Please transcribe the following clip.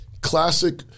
Classic